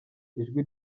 ijwi